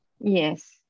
Yes